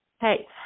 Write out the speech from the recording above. Hey